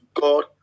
God